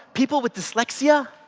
people with dyslexia,